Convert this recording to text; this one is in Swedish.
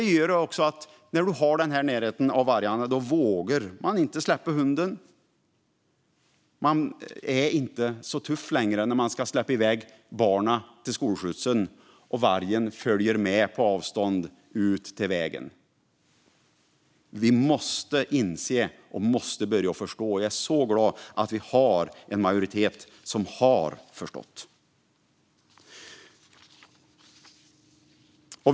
När man har den här närheten av vargarna vågar man inte heller släppa hunden. Och man är inte så tuff längre när man ska släppa iväg barnen till skolskjutsen och vargen följer med på avstånd ut till vägen. Detta måste vi inse och förstå, och jag är glad att vi har en majoritet som förstått det.